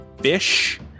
fish